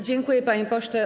Dziękuję, panie pośle.